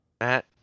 Matt